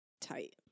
tight